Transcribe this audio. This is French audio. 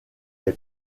est